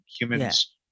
Humans